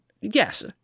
Yes